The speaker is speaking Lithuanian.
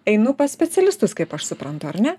einu pas specialistus kaip aš suprantu ar ne